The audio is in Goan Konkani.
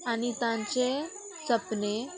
आनी तांचे सपने